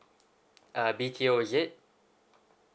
uh B_T_O is it